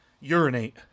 Urinate